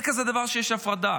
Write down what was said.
אין כזה דבר שיש הפרדה.